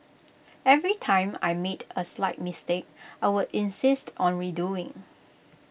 every time I made A slight mistake I would insist on redoing